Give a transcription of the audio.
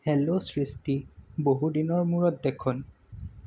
hello সৃষ্টি বহু দিনৰ মূৰত দেখোন